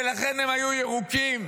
ולכן הם היו ירוקים.